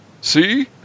see